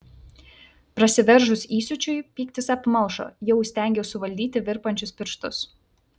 prasiveržus įsiūčiui pyktis apmalšo jau įstengiau suvaldyti virpančius pirštus